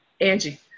Angie